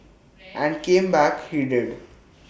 and came back he did